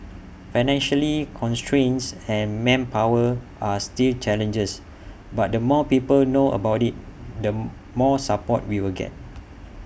financially constraints and manpower are still challenges but the more people know about IT the more support we will get